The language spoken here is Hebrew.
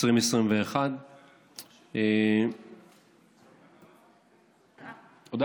התשפ"א 2021. תודה.